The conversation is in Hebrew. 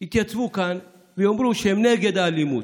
יתייצבו כאן ויאמרו שהם נגד האלימות.